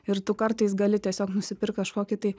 ir tu kartais gali tiesiog nusipirkt kažkokį tai